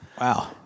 Wow